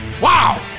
Wow